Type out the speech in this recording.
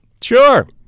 Sure